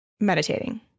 meditating